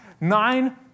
nine